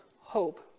hope